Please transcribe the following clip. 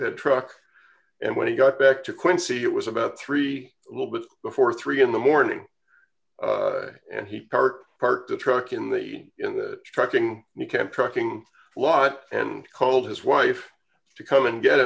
flatbed truck and when he got back to quincy it was about three a little bit before three in the morning and he parked parked a truck in the in the trucking camp trucking lot and called his wife to come and get